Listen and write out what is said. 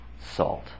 salt